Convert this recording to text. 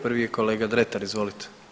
Prvi je kolega Dretar, izvolite.